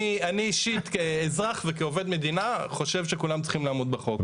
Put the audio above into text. אני אישית כאזרח וכעובד מדינה חושב שכולם צריכים לעמוד בחוק.